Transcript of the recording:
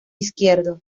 izquierdo